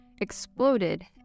exploded